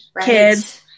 kids